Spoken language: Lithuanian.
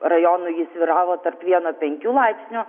rajonų ji svyravo tarp vieno penkių laipsnių